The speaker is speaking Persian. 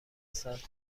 سال